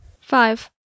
five